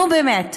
נו, באמת.